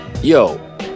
Yo